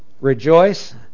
rejoice